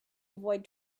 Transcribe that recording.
avoid